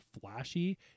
flashy